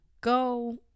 go